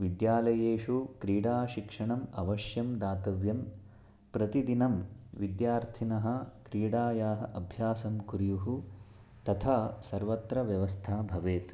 विद्यालयेषु क्रीडाशिक्षणम् अवश्यं दातव्यं प्रतिदिनं विद्यार्थिनः क्रीडायाः अभ्यासं कुर्युः तथा सर्वत्र व्यवस्था भवेत्